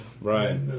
Right